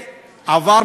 זה עלה